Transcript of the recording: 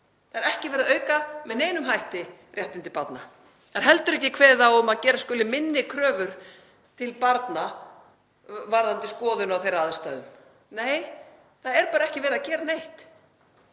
Það er ekki verið að auka með neinum hætti réttindi barna. Það er heldur ekki kveðið á um að gera skuli minni kröfur til barna varðandi skoðun þeirra á aðstæðum. Nei, það er bara ekki verið að gera neitt.